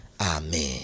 amen